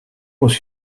was